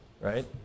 right